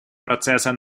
процесса